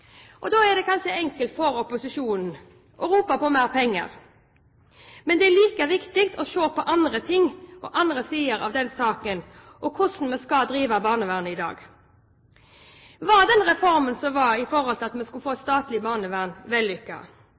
Da er det kanskje enkelt for opposisjonen å rope på mer penger. Men det er like viktig å se på andre ting, på andre sider av saken og på hvordan vi skal drive barnevernet i dag. Var den reformen som